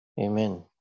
Amen